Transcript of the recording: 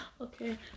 Okay